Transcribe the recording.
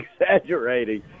exaggerating